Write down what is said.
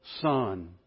son